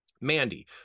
mandy